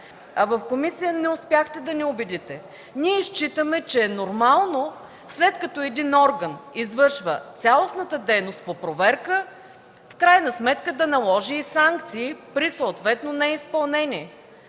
В комисията не успяхте да ни убедите. Ние считаме, че е нормално след като един орган извършва цялостната дейност по проверка, в крайна сметка да наложи и санкции при съответно неизпълнение.